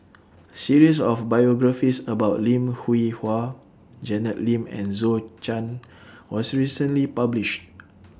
series of biographies about Lim Hwee Hua Janet Lim and Zhou Chan was recently published